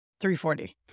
340